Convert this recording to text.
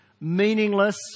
meaningless